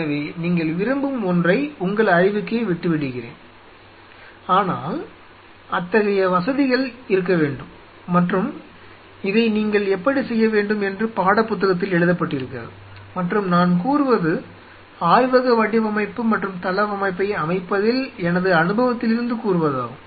எனவே நீங்கள் விரும்பும் ஒன்றை உங்கள் அறிவுக்கே விட்டுவிடுகிறேன் ஆனால் அத்தகைய வசதிகள் இருக்க வேண்டும் மற்றும் இதை நீங்கள் எப்படி செய்ய வேண்டும் என்று பாடப்புத்தகத்தில் எழுதப்பட்டிருக்காது மற்றும் நான் கூறுவது ஆய்வக வடிவமைப்பு மற்றும் தளவமைப்பை அமைப்பதில் எனது அனுபவத்திலிருந்து கூறுவதாகும்